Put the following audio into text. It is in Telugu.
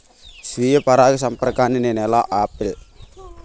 స్వీయ పరాగసంపర్కాన్ని నేను ఎలా ఆపిల్?